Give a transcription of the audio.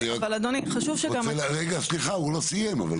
הוא לא סיים.